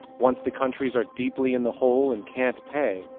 once the countries are deeply in the hole and can't pay.